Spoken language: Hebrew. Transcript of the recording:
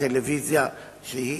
לטלוויזיה שהיא